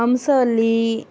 Amsavalli